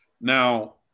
Now